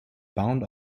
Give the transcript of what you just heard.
bound